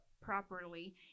properly